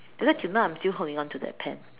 that's why till now I'm still holding onto that pen